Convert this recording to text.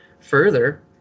further